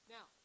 Now